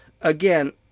Again